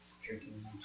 drinking